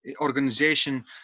organization